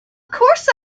course